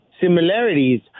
similarities